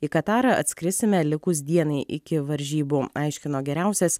į katarą atskrisime likus dienai iki varžybų aiškino geriausias